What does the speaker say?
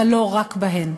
אבל לא רק בהן: